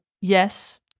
yes